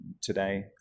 today